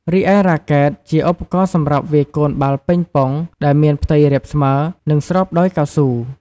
រីឯ រ៉ាកែត ជាឧបករណ៍សម្រាប់វាយកូនបាល់ប៉េងប៉ុង ដែលមានផ្ទៃរាបស្មើ និងស្រោបដោយកៅស៊ូ។